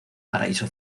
paraíso